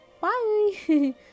Bye